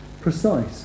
precise